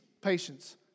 patience